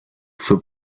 fue